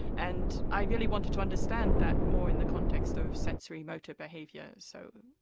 and i really wanted to understand that more in the context of sensory motor behaviour. so,